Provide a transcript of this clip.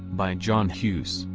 by john hughes,